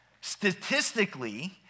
Statistically